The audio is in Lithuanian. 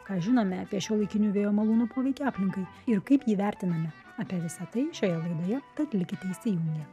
ką žinome apie šiuolaikinių vėjo malūnų poveikį aplinkai ir kaip ji vertinama apie visa tai šioje laidoje tad likite įsijungę